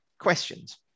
questions